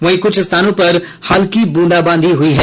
वहीं कुछ स्थानों पर हल्की बूंदाबांदी भी हुई है